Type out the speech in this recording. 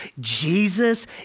Jesus